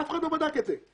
אף אחד לא בדק את זה.